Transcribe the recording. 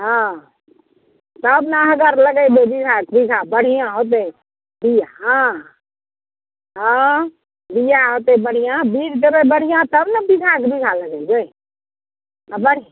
हँ तब ने अहगर लगैबै बीघाके बीघा बढ़िआँ होयतै बिआ हँ हँ बिआ होयतै बढ़िआँ बीज देबै बढ़िआँ तब ने बीघाके बीघा लगैबै आ बढ़ि